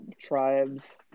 tribes